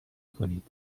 کنید